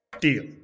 Deal